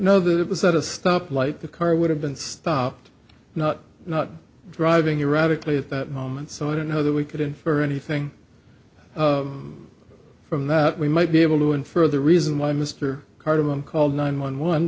know that it was at a stop light the car would have been stopped not not driving erratically at that moment so i don't know that we could infer anything from that we might be able to infer the reason why mr cart of them called nine one one